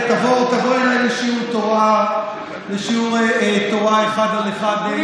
תבוא אליי לשיעור תורה אחד על אחד בחברותא.